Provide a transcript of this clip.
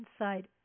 inside